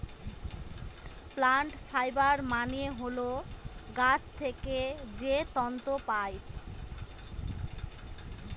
plant fibre মানে হল গাছ থেকে যে তন্তু পায়